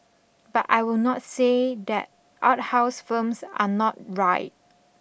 but I will not say that art house films are not right